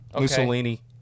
Mussolini